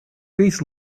beach